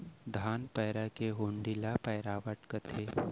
धान पैरा के हुंडी ल पैरावट कथें